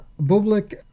Bublik